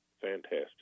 Fantastic